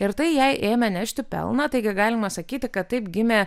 ir tai jai ėmė nešti pelną taigi galima sakyti kad taip gimė